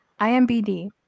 imbd